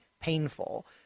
painful